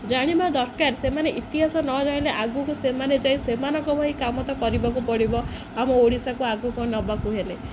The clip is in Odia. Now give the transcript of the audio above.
ଜାଣିବା ଦରକାର ସେମାନେ ଇତିହାସ ନ ଜାଣିଲେ ଆଗକୁ ସେମାନେ ଯାଇ ସେମାନଙ୍କ ଭଳି କାମ ତ କରିବାକୁ ପଡ଼ିବ ଆମ ଓଡ଼ିଶାକୁ ଆଗକୁ ନବାକୁ ହେଲେ